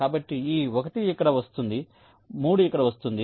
కాబట్టి ఈ 1 ఇక్కడ వస్తుంది 3 ఇక్కడ వస్తుంది